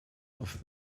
auf